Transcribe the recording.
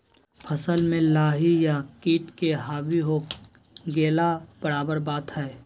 फसल में लाही या किट के हावी हो गेला बराबर बात हइ